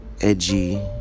edgy